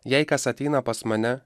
jei kas ateina pas mane